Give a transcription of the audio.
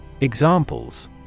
Examples